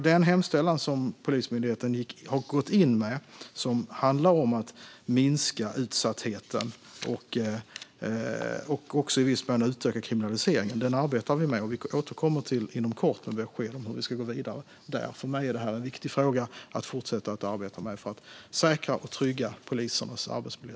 Den hemställan från Polismyndigheten som handlar om att minska utsattheten och i viss mån också utöka kriminaliseringen arbetar vi som sagt med, och vi återkommer inom kort med besked om hur vi ska gå vidare. För mig är det en viktig fråga att fortsätta att arbeta med för att säkra och trygga polisens arbetsmiljö.